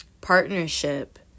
partnership